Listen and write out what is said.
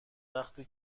وقتی